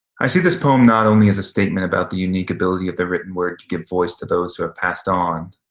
i see this poem not only as a statement about the unique ability of the written word to give voice to those who have passed on,